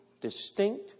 distinct